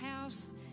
house